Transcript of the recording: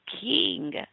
king